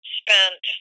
spent